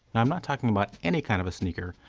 i'm not talking about any kind of a sneaker,